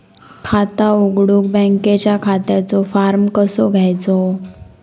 खाता उघडुक बँकेच्या खात्याचो फार्म कसो घ्यायचो?